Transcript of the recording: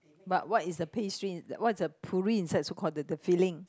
but what is the pastry what is the puree inside so called the the filling